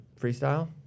freestyle